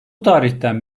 tarihten